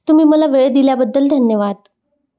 तुम्ही मला वेळ दिल्याबद्दल धन्यवाद